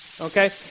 Okay